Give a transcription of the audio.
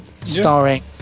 starring